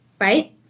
right